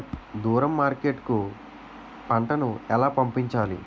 దూరం మార్కెట్ కు పంట ను ఎలా పంపించాలి?